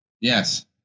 Yes